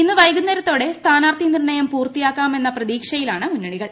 ഇന്ന് വൈകുന്നേരത്തോടെ സ്ഥാനാർത്ഥി നിർണ്ണയം പൂർത്തിയാക്കാമെന്ന പ്രതീക്ഷയിലാണ് മുന്നണികൾ